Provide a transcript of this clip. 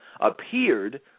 appeared